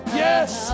yes